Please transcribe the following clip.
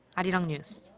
arirang news.